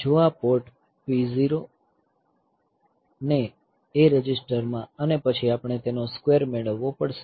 જો આ P0 port P0 ને A રજિસ્ટરમાં અને પછી આપણે તેનો સ્ક્વેર મેળવવો પડશે